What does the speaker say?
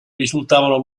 risultavano